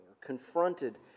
confronted